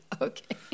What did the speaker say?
Okay